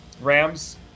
Rams